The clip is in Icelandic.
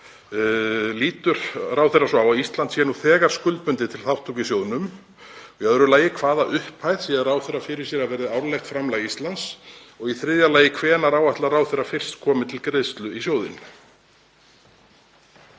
Lítur ráðherra svo á að Ísland sé nú þegar skuldbundið til þátttöku í sjóðnum? Í öðru lagi: Hvaða upphæð sér ráðherra fyrir sér að verði árlegt framlag Íslands? Í þriðja lagi: Hvenær áætlar ráðherra að fyrst komi til greiðslu í sjóðinn?